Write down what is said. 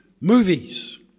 movies